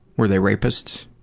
were they rapists?